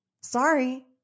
Sorry